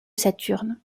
saturne